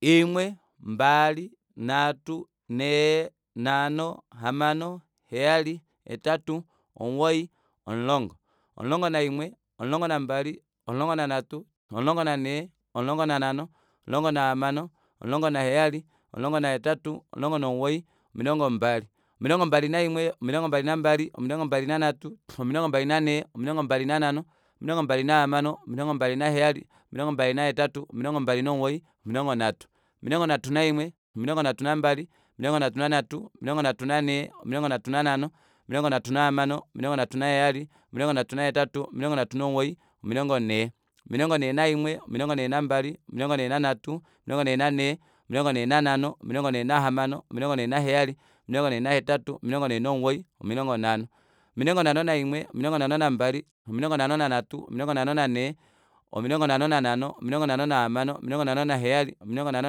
Imwe mbali nhatu nhee nhano hamano heyali hetatu omugoyi omulongo omulongo naimwe omulongo nambali omulongo nanhatu omulongo nanhee nmulongo nanhano omulongo nahamano omulongo naheyali omulongo nahetatu omulongo nomugoyi omilongo mbali omilongo mbali naimwe omilongo mbali nambali omilongo mbali nanhatu omilongo mbali nanhee omilongo mbali nanhano omilongo mbali nahamano omilongo mbali naheyali omilongo mbali nahetatu omilongo mbali nomugoyi omilongo nhatu omilongo nhatu naimwe omilongo nhatu nambali omilongo nhatu nanhatu omilongo nhatu nanhee omilongo nhatu nanhano omilongo nhatu nahamano omilongo nhatu naheyali omilongo nhatu nahetatu omilongo nhatu nomugoyi omilongo nhee omilongo nhee naimwe omilongo nhee nambali omilongo nhee nanhatu omilongo nhee nanhee omilongo nhee nanhano omilongo nhee nahamano omilongo nhee naheyali omilongo nhee nahetatu omilongo nhee nomugoyi omilongo nhano omilongo nhano naimwe omilongo nhano nambali omilongo nhano nanhatu omilongo nhano nanhee omilongo nhano nanhano omilongo nhano nahamano omilongo nhano naheyali omilongo nhano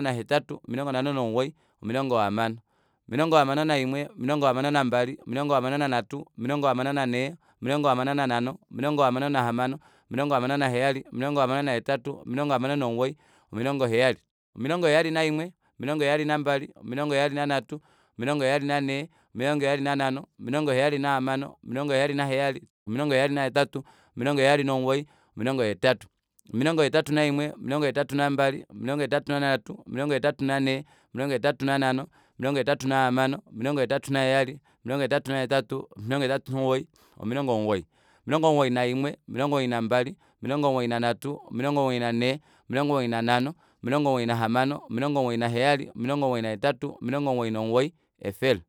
nahetatu omilongo nhano nomugoyi omilongo hamano omilongo hamano omilongo hamano naimwe omilongo hamano nambali omilongo hamano nanhatu omilongo hamano nanhee omilongo hamano nanhano omilongo hamano nahamano omilongo hamano naheyali omilongo hamano nahetatu omilongo hamano nomugoyi omilongo heyali omilongo heyali naimwe omilongo heyali nambali omilongo heyali nanhatu omilongo heyali nanhee omilongo heyali nanhano omilongo heyali nahamano omilongo heyali naheyali omilongo heyali nahetatu omilongo heyali nomugoyi omilongo hetatu omilongo hetatu naimwe omilongo hetatu nambali omilongo hetatu nanhatu omilongo hetatu nanhee omilongo hetatu nanhano omilongo hetatu nahamano omilongo hetatu naheyali omilongo hetatu nahetatu omilongo hetatu nomugoyi omilongo omugoyi omilongo omugoyi naimwe omilongo omugoyi nambali omilongo omugoyi nanhatu omilongo mugoyi nanhee omilongo omugoyi nanhano omilongo omugoyi nahamano omilongo omugoyi naheyali omilongo omugoyi nahetatu omilongo omugoyi nomugoyi efele